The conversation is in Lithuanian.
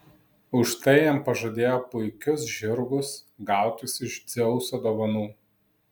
už tai jam pažadėjo puikius žirgus gautus iš dzeuso dovanų